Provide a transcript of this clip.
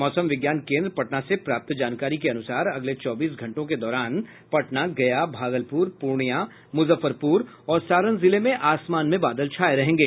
मौसम विज्ञान केन्द्र पटना से प्राप्त जानकारी के अनुसार अगले चौबीस घंटों के दौरान पटना गया भागलपुर पूर्णियां मुजफ्फरपुर और सारण जिले में आसमान में बादल छाये रहेंगे